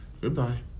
Goodbye